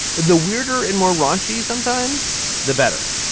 the weirder and more raunchy, sometimes the better.